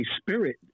spirit